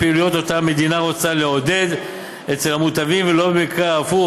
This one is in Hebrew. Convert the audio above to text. לפעילויות שאותן המדינה רוצה לעודד אצל המוטבים ולא למקרה ההפוך,